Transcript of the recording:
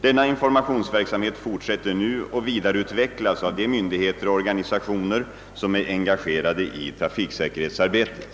Denna informationsverksamhet fortsätter nu och vidareutvecklas av de myndigheter och organisationer som är engagerade i trafiksäkerhetsarbetet.